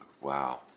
wow